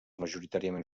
majoritàriament